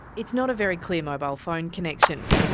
it's not a very clear mobile phone connection.